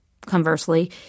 conversely